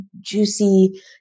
juicy